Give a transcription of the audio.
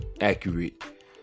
accurate